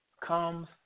Comes